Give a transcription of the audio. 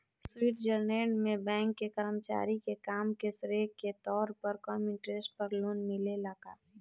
Switzerland में bank के कर्मचारी के काम के श्रेय के तौर पर कम इंटरेस्ट पर लोन मिलेला का?